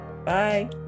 Bye